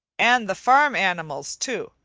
and the farm animals, too,